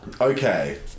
Okay